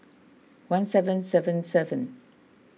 one seven seven seven